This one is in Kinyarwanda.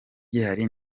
gihari